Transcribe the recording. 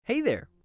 hey there,